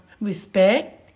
respect